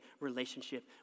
relationship